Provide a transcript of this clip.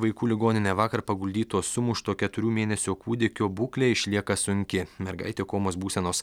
vaikų ligoninę vakar paguldyto sumušto keturių mėnesių kūdikio būklė išlieka sunki mergaitė komos būsenos